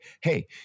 hey